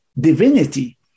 divinity